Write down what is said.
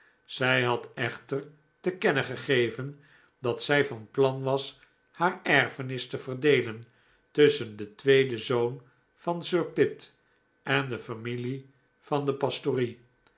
zij had echter te kennen gegeven dat zij van plan was haar erfenis te verdeelen tusschen den tweeden zoon van sir pitt en de familie van de pastorie